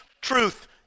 truth